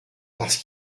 parce